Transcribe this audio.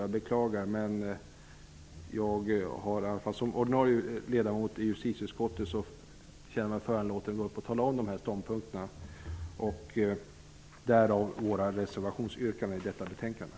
Det beklagar jag, men som ordinarie ledamot i justitieutskottet kände jag mig föranlåten att redogöra för dessa ståndpunkter.